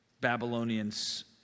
Babylonians